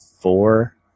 four